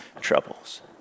troubles